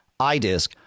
iDisk